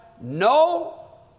no